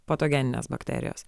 patogeninės bakterijos